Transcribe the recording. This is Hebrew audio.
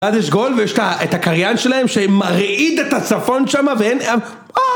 ואז יש גול ויש את הקריין שלהם שמרעיד את הצפון שם ואין...